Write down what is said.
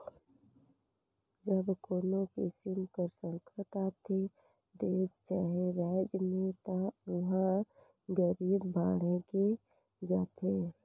जब कोनो किसिम कर संकट आथे देस चहे राएज में ता उहां गरीबी बाड़गे जाथे